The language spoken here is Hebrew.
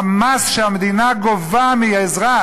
המס שהמדינה גובה מאזרח,